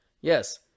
yes